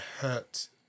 hurt